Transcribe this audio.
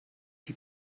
die